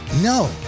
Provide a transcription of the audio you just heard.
No